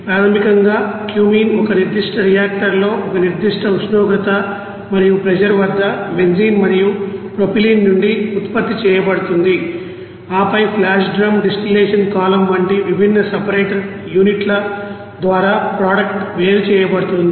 ప్రాథమికంగా క్యూమీన్ ఒక నిర్దిష్ట రియాక్టర్ లో ఒక నిర్దిష్ట ఉష్ణోగ్రత మరియు ప్రెషర్ వద్ద బెంజీన్ మరియు ప్రొపైలీన్ నుండి ఉత్పత్తి చేయబడుతుంది ఆపై ఫ్లాష్ డ్రమ్ డిస్టిలేషన్ కాలమ్ వంటి విభిన్న సపరేటర్ యూనిట్ల ద్వారా ప్రొడక్ట్ వేరు చేయబడుతోంది